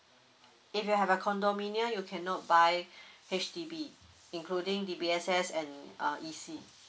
if you have a condominium you cannot buy H_D_B including D_B_S_S and ah E_C